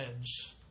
edge